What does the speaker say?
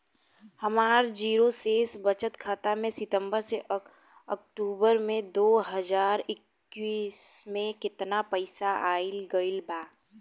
हमार जीरो शेष बचत खाता में सितंबर से अक्तूबर में दो हज़ार इक्कीस में केतना पइसा आइल गइल बा?